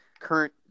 Current